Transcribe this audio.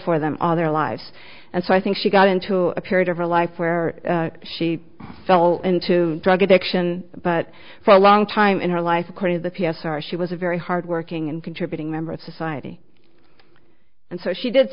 for them all their lives and so i think she got into a period of her life where she fell into drug addiction but for a long time in her life according to the p s r she was a very hard working and contributing member of society and so she did